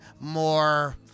more